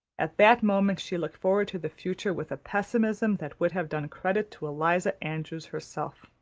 at that moment she looked forward to the future with a pessimism that would have done credit to eliza andrews herself.